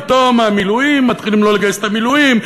ופתאום מתחילים לא לגייס את המילואים,